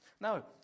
Now